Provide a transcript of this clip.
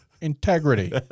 integrity